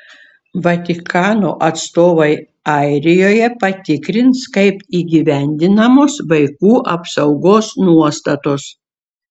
vatikano atstovai airijoje patikrins kaip įgyvendinamos vaikų apsaugos nuostatos